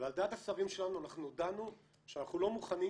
ועל דעת השרים שלנו אנחנו הודענו שאנחנו לא מוכנים